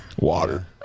Water